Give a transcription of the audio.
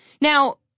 Now